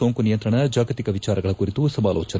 ಸೋಂಕು ನಿಯಂತ್ರಣ ಜಾಗತಿಕ ವಿಚಾರಗಳ ಕುರಿತು ಸಮಾಲೋಚನೆ